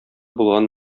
булган